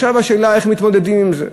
עכשיו השאלה היא איך מתמודדים עם זה.